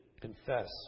confess